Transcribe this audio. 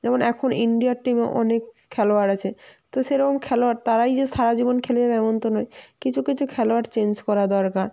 যেমন এখন ইন্ডিয়ার টিমে অনেক খেলোয়াড় আছে তো সেরকম খেলোয়াড় তারাই যে সারা জীবন খেলে যাবে এমন তো নয় কিছু কিছু খেলোয়াড় চেঞ্জ করা দরকার